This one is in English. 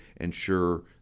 ensure